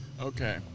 Okay